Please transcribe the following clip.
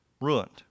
ruined